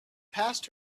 passed